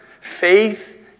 faith